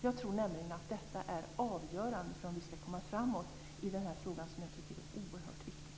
Jag tror nämligen att detta är avgörande för om vi skall komma framåt i den här frågan, som jag tycker är oerhört viktig.